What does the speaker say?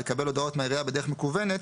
לקבל הודעות מהעירייה בדרך מקוונת,